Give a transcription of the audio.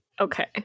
okay